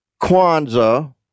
Kwanzaa